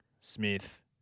Smith